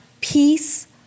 peace